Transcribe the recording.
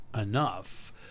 enough